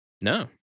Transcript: No